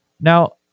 Now